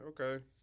Okay